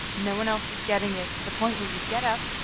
no one else is getting it to the point where you get up